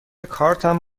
کارتم